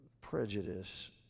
Prejudice